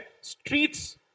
streets